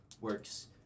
works